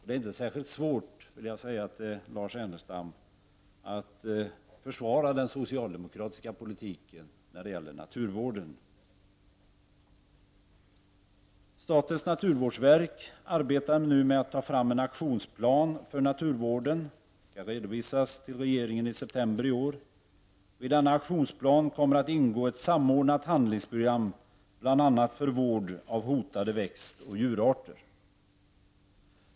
Det är inte särskilt svårt, vill jag säga till Lars Ernestam, att försvara den socialdemokratiska politiken när det gäller naturvården. Statens naturvårdsverk arbetar nu med att ta fram en aktionsplan för naturvården. Den redovisas för regeringen i september i år. I denna aktionsplan kommer att ingå ett samordnat handlingsprogram för bl.a. vård av hotade växtoch djurarter.